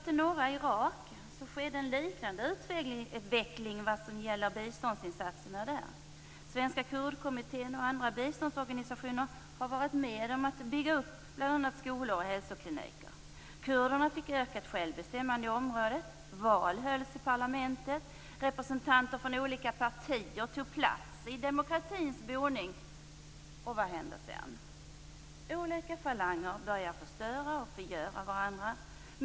I norra Irak skedde en liknande utveckling vad gäller biståndsinsatserna. Svenska kurdkommittén och andra biståndsorganisationer har varit med om att bygga upp bl.a. skolor och hälsokliniker. Kurderna fick ökat självbestämmande i området. Val hölls till parlamentet. Representanter från olika partier tog plats i demokratins boning. Vad hände sedan? Olika falanger började förstöra och förgöra varandra.